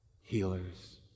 healers